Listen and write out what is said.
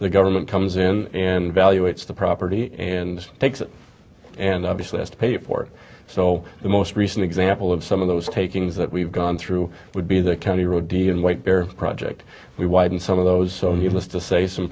the government comes in and value it's the property and takes it and obviously has to pay for it so the most recent example of some of those takings that we've gone through would be the county rodion white bear project we widen some of those so needless to say some